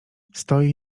stoi